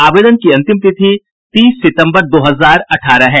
आवेदन की अंतिम तिथि तीस सितंबर दो हजार अठारह है